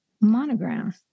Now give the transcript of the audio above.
monogram